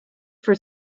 for